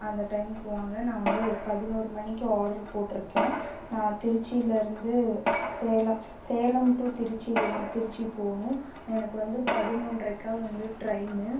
அந்த டைமுக்கு வாங்க நான் வந்து பதினோரு மணிக்கு ஆடர் போட்டிருக்கேன் நான் திருச்சிலேருந்து சேலம் சேலம் டு திருச்சியில் திருச்சி போகணும் எனக்கு வந்து பதினொன்றைக்கு வந்து ட்ரெயின்னு